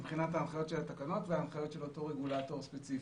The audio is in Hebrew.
מבחינת ההנחיות של התקנות וההנחיות של אותו רגולטור ספציפי.